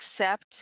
accept